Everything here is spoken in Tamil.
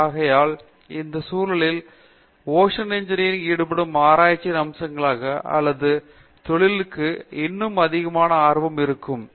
ஆகையால் இந்த சூழலில் ஓசான் இன்ஜினியரில் ல் ஈடுபடும் ஆராய்ச்சியின் அம்சங்களாகும் அல்லது தொழிலுக்கு இன்னும் அதிகமான ஆர்வம் இருக்கலாம்